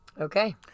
Okay